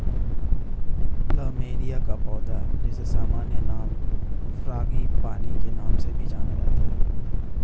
plumeria का पौधा, जिसे सामान्य नाम फ्रांगीपानी के नाम से भी जाना जाता है